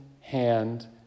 hand